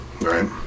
right